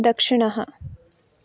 दक्षिणः